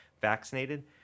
vaccinated